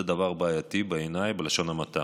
זה דבר בעייתי בעיניי, בלשון המעטה.